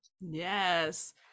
yes